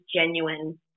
genuine